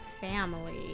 family